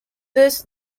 this